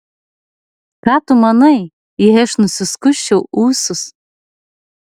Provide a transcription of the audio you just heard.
ką tu manai jei aš nusiskusčiau ūsus